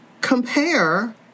compare